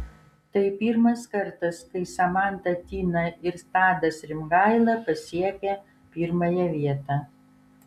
tai pirmas kartas kai samanta tina ir tadas rimgaila pasiekią pirmąją vietą